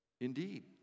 Indeed